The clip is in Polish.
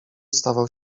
stawał